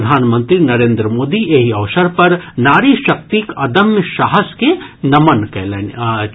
प्रधानमंत्री नरेन्द्र मोदी एहि अवसर पर नारी शक्तिक अदम्य साहस के नमन कयलनि अछि